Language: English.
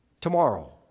Tomorrow